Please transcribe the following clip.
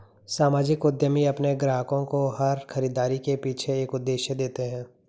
सामाजिक उद्यमी अपने ग्राहकों को हर खरीदारी के पीछे एक उद्देश्य देते हैं